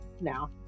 Now